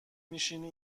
میشینی